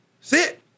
Sit